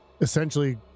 essentially